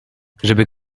żeby